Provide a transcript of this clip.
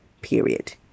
period